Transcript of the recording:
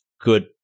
good